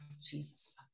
Jesus